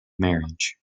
marriage